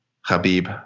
Habib